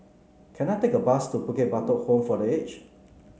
can I take a bus to Bukit Batok Home for The Aged